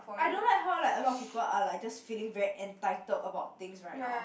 I don't like how like a lot of people are like just feeling very entitled about things right now